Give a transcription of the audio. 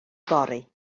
fory